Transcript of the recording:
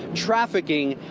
trafficking,